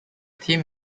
tim